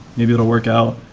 maybe it will work out.